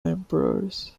emperors